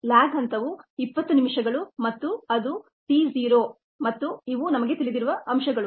lag ಹಂತವು 20 ನಿಮಿಷಗಳು ಮತ್ತು ಅದು t ಜಿರೋ ಮತ್ತು ಇವು ನಮಗೆ ತಿಳಿದಿರುವ ಅಂಶಗಳು